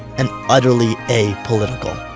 and utterly apolitical.